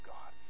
God